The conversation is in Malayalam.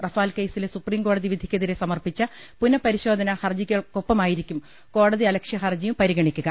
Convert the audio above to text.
റഫാൽ കേസിലെ സുപ്രിംകോടതി വിധിക്കെ തിരെ സമർപ്പിച്ച പുനപരിശോധന ഹരജികൾക്കൊപ്പമായിരിക്കും കോടതിയലക്ഷ്യ ഹരജിയും പരിഗണിക്കുക